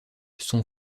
son